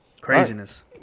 craziness